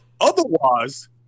otherwise